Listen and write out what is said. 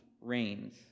reigns